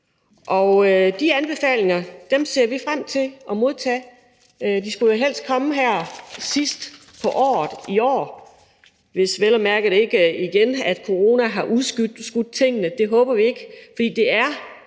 og de anbefalinger ser vi frem til at modtage. De skulle jo helst komme her sidst på året i år, hvis corona vel at mærke ikke igen har udskudt tingene, men det håber vi ikke, for det er